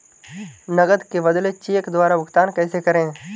नकद के बदले चेक द्वारा भुगतान कैसे करें?